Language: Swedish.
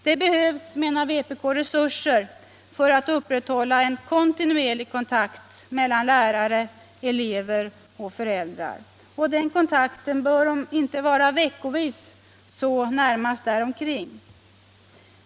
Det behövs, menar vpk, resurser för att upprätthålla en kontinuerlig kontakt mellan lärare, elever och föräldrar, och den kontakten bör vara om inte veckovis så närmast där omkring.